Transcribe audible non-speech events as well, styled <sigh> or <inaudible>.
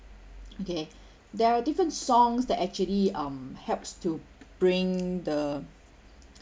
okay <breath> there are different songs that actually um helps to b~ bring the